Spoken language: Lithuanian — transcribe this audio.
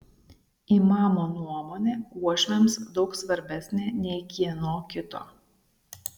imamo nuomonė uošviams daug svarbesnė nei kieno kito